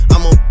I'ma